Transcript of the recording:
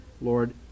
Lord